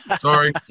Sorry